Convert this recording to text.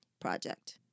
project